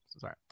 sorry